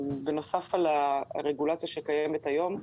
בנוסף על הרגולציה שקיימת היום.